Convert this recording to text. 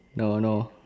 no no